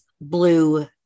blue